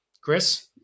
Chris